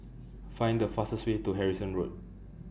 Find The fastest Way to Harrison Road